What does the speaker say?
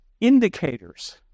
indicators